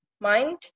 mind